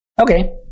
Okay